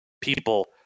people –